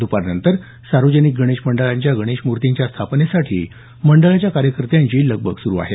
दुपारनंतर सार्वजनिक गणेश मंडळांच्या गणेशमूर्तींच्या स्थापनेसाठी मंडळांच्या कार्यकत्यांची लगबग सुरू आहे